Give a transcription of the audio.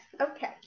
okay